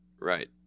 Right